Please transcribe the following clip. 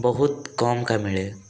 ବହୁତ କମ୍ କା ମିଳେ